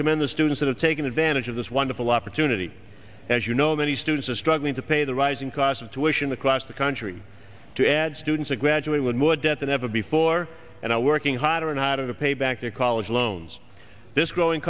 commend the students that are taking advantage of this wonderful opportunity as you know many students are struggling to pay the rising cost of tuition across the country to add students a graduate with more debt than ever before and i working harder and harder to pay back their college loans this growing